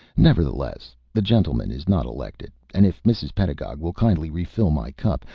nevertheless, the gentleman is not elected and if mrs. pedagog will kindly refill my cup,